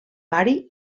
bari